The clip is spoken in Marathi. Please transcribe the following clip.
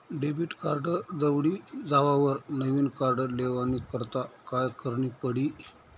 डेबिट कार्ड दवडी जावावर नविन कार्ड लेवानी करता काय करनं पडी?